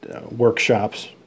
workshops